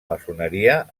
maçoneria